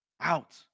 out